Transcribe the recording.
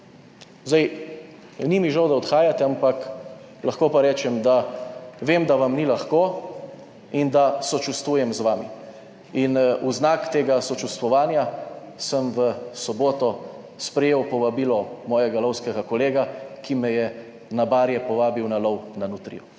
mogli. Ni mi žal, da odhajate, ampak lahko pa rečem, da vem, da vam ni lahko in da sočustvujem z vami. In v znak tega sočustvovanja sem v soboto sprejel povabilo mojega lovskega kolega, ki me je na Barje povabil na lov na nutrijo.